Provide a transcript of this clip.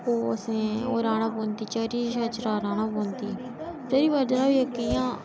ओह् असें ओह् राह्ना पौंदी चरी बाजरा राह्ना पौंदी चरी बाजरा होई इक इयां